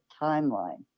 timeline